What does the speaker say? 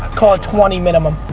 call it twenty minimum.